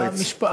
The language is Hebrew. משפט.